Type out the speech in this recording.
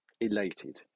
elated